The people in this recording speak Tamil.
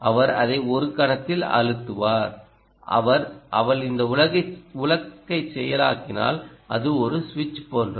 அவர் அதை ஒரு கணத்தில் அழுத்துவார் அவள் அந்த உலக்கையை செயலாக்கினால் அது ஒரு சுவிட்ச் போன்றது